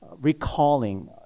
recalling